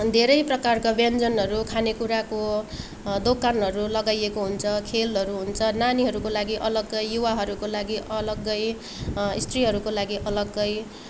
धेरै प्रकारका व्यञ्जनहरू खाने कुराको दोकानहरू लगाइएको हुन्छ खेलहरू हुन्छ नानीहरूको लागि अलग्गै युवाहरूको लागि अलग्गै स्त्रीहरूको लागि अलग्गै